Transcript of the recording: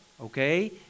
okay